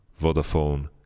Vodafone